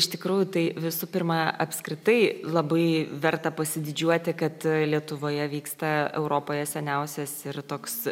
iš tikrųjų tai visų pirma apskritai labai verta pasididžiuoti kad lietuvoje vyksta europoje seniausias ir toks